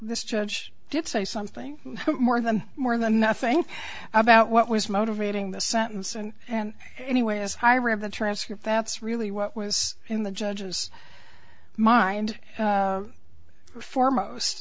this judge did say something more than more than nothing about what was motivating the sentence and and anyway as i read the transcript that's really what was in the judge's mind foremost